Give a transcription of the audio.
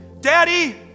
Daddy